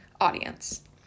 audience